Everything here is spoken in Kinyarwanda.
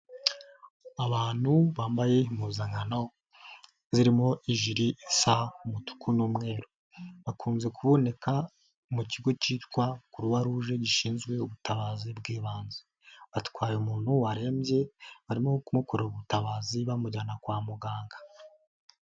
Abantu bambaye impuzankano zirimo ijure isa umutuku n'umweru bakunze kuboneka mu kigo cyitwa kuruwa ruje gishinzwe ubutabazi bw'ibanze, batwaye umuntu warembye barimo kumukorera ubutabazi bamujyana kwa muganga.